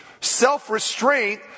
self-restraint